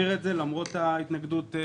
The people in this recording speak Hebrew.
להעביר את זה למרות ההתנגדות שנשמעה פה.